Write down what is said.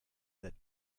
der